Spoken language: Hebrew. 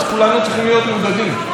אנחנו כולנו צריכים להיות מודאגים.